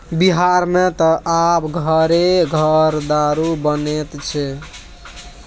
बिहारमे त आब घरे घर दारू बनैत छै